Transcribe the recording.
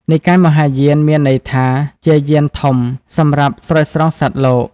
និកាយមហាយាន មានន័យថាជាយានធំសម្រាប់ស្រោចស្រង់សត្វលោក។